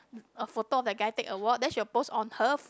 a photo of that guy take a award then she will post on her